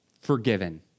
forgiven